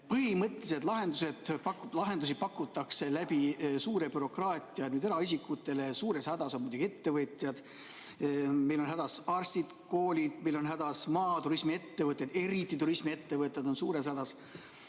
Põhimõttelisi lahendusi pakutakse läbi suure bürokraatia eraisikutele, suures hädas on muidugi ettevõtjad. Meil on hädas arstid, koolid, meil on hädas maaturismiettevõtted. Eriti turismiettevõtted on suures hädas.